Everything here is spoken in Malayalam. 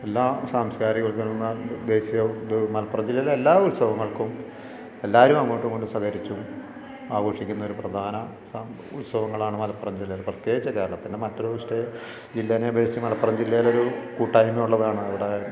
എല്ലാ സാംസ്കാരിക ഉത്സവ ദേശീയ ഉത്സവങ്ങളും മലപ്പുറം ജില്ലയിലെ എല്ലാ ഉത്സവങ്ങൾക്കും എല്ലാവരും അങ്ങോട്ടുമിങ്ങോട്ടും സഹകരിച്ചും ആഘോഷിക്കുന്ന ഒരു പ്രധാന സാം ഉത്സവങ്ങളാണ് മലപ്പുറം ജില്ലയിലെ പ്രത്യേകിച്ച് കേരളത്തിലെ മറ്റൊരു സ്റ്റേ ജില്ലേനെ അപേക്ഷിച്ച് മലപ്പുറം ജില്ലയിൽ ഒരു കൂട്ടായ്മ ഉള്ളതാണ് ഇവിടെ